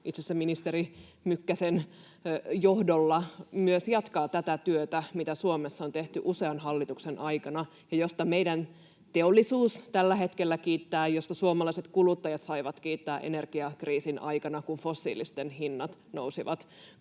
itse asiassa ministeri Mykkäsen johdolla jatkaa tätä työtä, jota Suomessa on tehty usean hallituksen aikana ja josta meidän teollisuus tällä hetkellä kiittää ja josta suomalaiset kuluttajat saivat kiittää energiakriisin aikana, kun fossiilisten hinnat nousivat